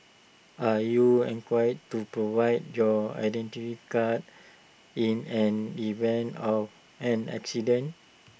are you inquired to provide your Identity Card in an event of an accident